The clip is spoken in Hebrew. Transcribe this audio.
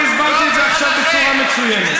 אני הסברתי את זה עכשיו בצורה מצוינת.